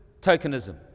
tokenism